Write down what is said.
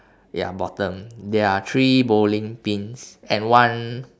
ya bottom there are three bowling pins and one